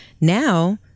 now